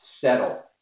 settle